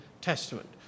Testament